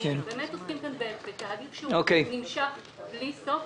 אנחנו עוסקים פה בתהליך שנמשך בלי סוף.